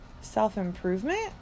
self-improvement